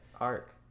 arc